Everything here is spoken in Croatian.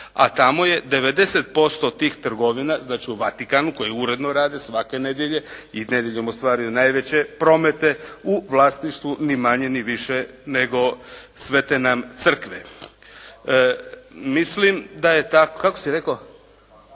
a tamo je 90% tih trgovina znači u Vatikanu koji uredno rade svake nedjelje i nedjeljom ostvaruju najveće promete u vlasništvu ni manje ni više nego Svete nam Crkve. Mislim da je. …/Upadica se ne